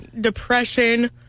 depression